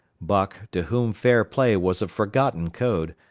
buck, to whom fair play was a forgotten code,